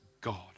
God